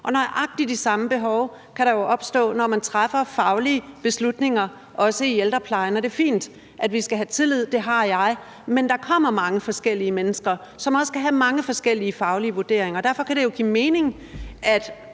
Nøjagtig de samme behov kan der jo opstå, når man træffer faglige beslutninger, også i ældreplejen, og det er fint, at vi skal have tillid – det har jeg – men der kommer mange forskellige mennesker, som også skal have mange forskellige faglige vurderinger, og derfor kan det jo give mening, at